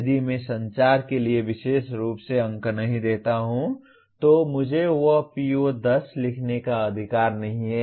यदि मैं संचार के लिए विशेष रूप से अंक नहीं देता हूं तो मुझे वहां PO 10 लिखने का अधिकार नहीं है